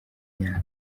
myaka